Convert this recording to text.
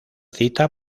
cita